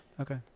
Okay